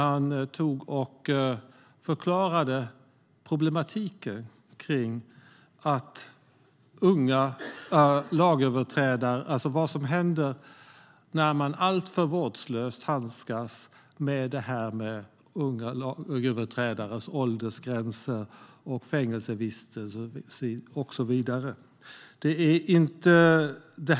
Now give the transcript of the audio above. Han förklarade problematiken med vad som händer när man alltför vårdslöst handskas med unga lagöverträdares åldersgränser, fängelsevistelser och så vidare.